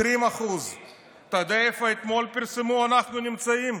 20%. אתה יודע איפה פרסמו אתמול שאנחנו נמצאים?